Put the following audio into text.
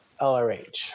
LRH